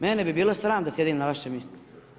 Mene bi bilo sram da sjedim na vašem mjestu.